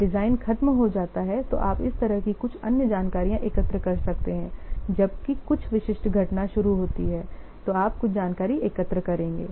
जब डिजाइन खत्म हो जाता है तो आप इस तरह की कुछ अन्य जानकारी एकत्र कर सकते हैं जब भी कुछ विशिष्ट घटना शुरू होती है तो आप कुछ जानकारी एकत्र करेंगे